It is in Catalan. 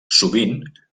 sovint